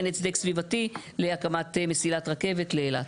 אין הצדק סביבתי להקמת מסילת רכבת לאילת.